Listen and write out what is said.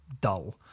dull